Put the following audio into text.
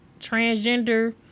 transgender